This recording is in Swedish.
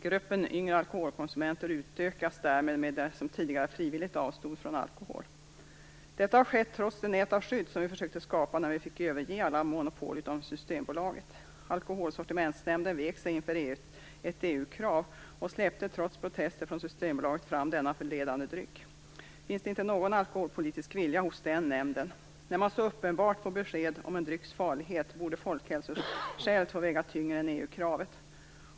Gruppen yngre alkoholkonsumenter utökas därmed med dem som frivilligt avstod från alkohol. Detta har skett trots de nät av skydd som vi försökte skapa när vi fick överge alla monopol utom Systembolaget. Alkoholsortimentsnämnden vek sig inför ett EU-krav och släppte trots protester från Systembolaget fram denna förledande dryck. Finns det inte någon alkoholpolitisk vilja hos den nämnden? När man så uppenbart får besked om en drycks farlighet borde folkhälsoskälet få väga tyngre än EU kravet.